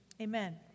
amen